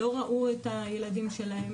לא ראו את הילדים שלהם,